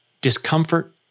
Discomfort